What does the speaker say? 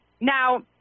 Now